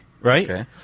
right